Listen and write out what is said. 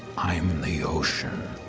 i am the ocean.